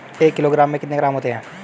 एक किलोग्राम में कितने ग्राम होते हैं?